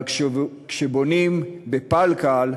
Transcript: אבל כשבונים ב"פל-קל",